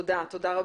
תודה רבה.